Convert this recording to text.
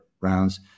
rounds